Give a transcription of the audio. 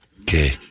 Okay